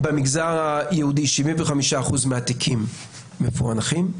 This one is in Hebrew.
במגזר היהודי 75% מהתיקים מפוענחים,